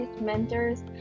mentors